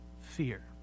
Fear